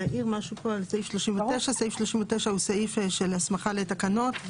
סעיף 39 הוא סעיף של הסמכה לתקנות.